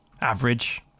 average